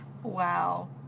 Wow